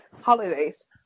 holidays